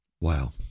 wow